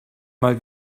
mal